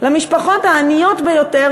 למשפחות העניות ביותר,